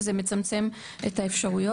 שזה מצמצם את האפשרויות.